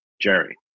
Jerry